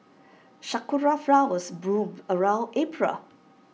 Sakura Flowers bloom around April